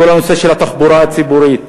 כל הנושא של התחבורה הציבורית.